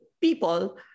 people